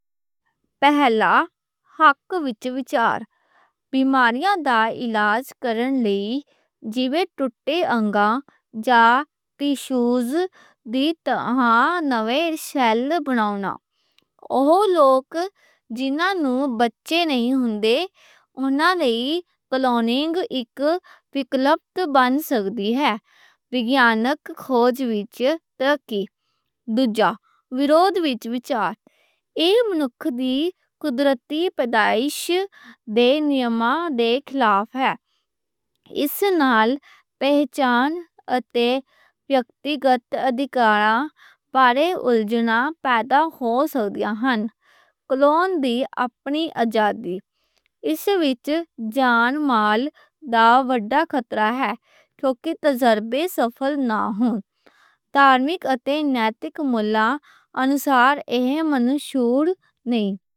پہلا، حق وِچ وِچار بیماریوں دا علاج کرن لئی، جیویں ٹُٹے اَنگاں جا ٹیشوز دے اُتے نویں سیل بناونا۔ اوہ لوکی جِنّاں نوں بچے نہیں ہُندے، اُنہاں لئی کلوننگ اک وِکلپ بن سکدی ہے۔ وِگیانک کھوج وِچ ترقی۔ دُوجا، وِرودھ وِچ وِچار ایہ منُکھی دی کُدرتی نظام دے نیاماں دے خلاف ہے۔ اِس نال پہچان اتے ویکتیگت اَڌِکاراں بارے اُلجناں پیدا ہو سکدیاں ہن۔ کلون دی اپنی آزادی، اِس وِچ جان مال دا وڈا خطرہ ہے۔ کیونکہ تجربے سکسیسفل نہ ہون۔ دھارمِک اتے نیتک مُلّانُسار ایہ منظور نہیں۔